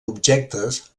objectes